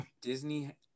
Disney